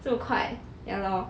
快 ya lor